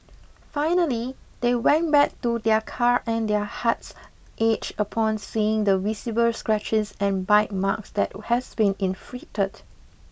finally they went back to their car and their hearts aged upon seeing the visible scratches and bite marks that has been inflicted